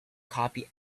copy